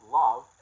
love